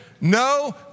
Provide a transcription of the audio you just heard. no